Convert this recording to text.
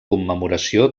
commemoració